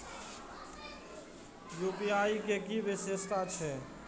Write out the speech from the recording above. UPI के कि विषेशता छै?